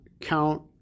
count